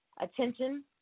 attention